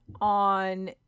on